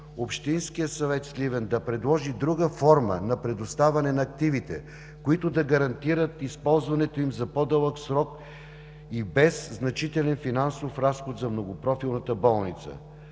общинският съвет в Сливен да предложи друга форма на предоставяне на активите, които да гарантират използването им за по-дълъг срок и без значителен финансов разход за Многопрофилната болница.